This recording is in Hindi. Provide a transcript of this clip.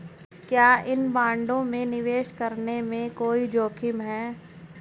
क्या इन बॉन्डों में निवेश करने में कोई जोखिम है?